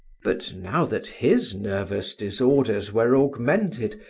but now that his nervous disorders were augmented,